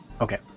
Okay